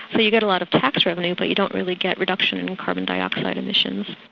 but you get a lot of tax revenue, but you don't really get reduction in in carbon dioxide emissions.